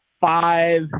five